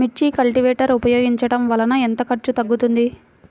మిర్చి కల్టీవేటర్ ఉపయోగించటం వలన ఎంత ఖర్చు తగ్గుతుంది?